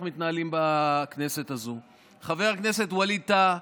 מתנהלים בכנסת הזו: חבר הכנסת ווליד טאהא,